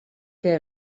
que